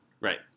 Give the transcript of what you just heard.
right